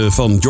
van